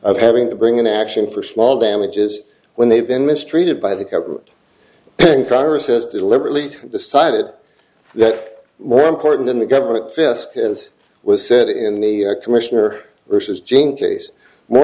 of having to bring an action for small damages when they've been mistreated by the government and congress has deliberately decided that more important in the government fish as was said in the commission or versus gene case more